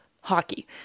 hockey